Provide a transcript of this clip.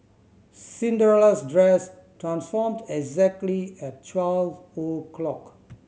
Cinderella's dress transformed exactly at twelve o'clock